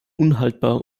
unhaltbar